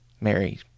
Mary